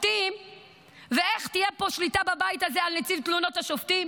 מי יהיה נציב תלונות השופטים,